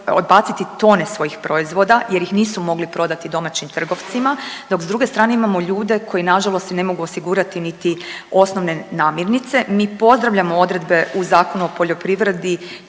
odbaciti tone svojih proizvoda jer ih nisu mogli prodati domaćim trgovcima, dok s druge strane imamo ljude koji nažalost si ne mogu osigurati niti osnovne namirnice. Mi pozdravljamo odredbe u Zakonu o poljoprivredi